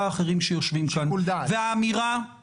האחרים שיושבים כאן והאמירה --- של שיקול דעת.